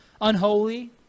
Unholy